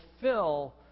fulfill